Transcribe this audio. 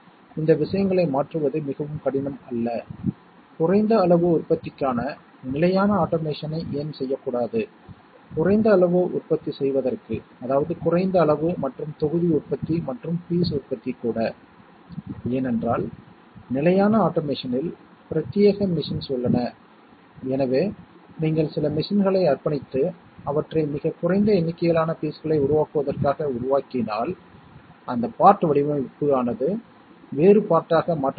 A B எழுதப்பட்டதாகக் கூறினால் அதை A OR B ஆகப் படிக்க வேண்டும் இது A OR B என்பது ஒரு பங்க்ஷன் என்று கூறும் ஒரு லாஜிக் செயல்பாடு ஆகும் A மற்றும் B இரண்டும் 1 அல்லது A என்பது 1 B என்பது 0 அல்லது A என்பது 0 B என்பது 1 என்றால் லாஜிக் செயல்பாடு மதிப்பு 1 ஆக இருக்கும்